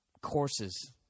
courses –